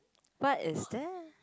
what is that